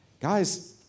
Guys